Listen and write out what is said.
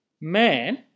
Man